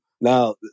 Now